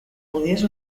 judíos